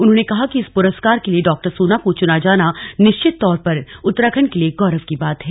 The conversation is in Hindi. उन्होंने कहा कि इस पुरस्कार के लिए डॉ सोना को चुना जाना निश्चित तौर पर उत्तराखण्ड के लिए गौरव की बात है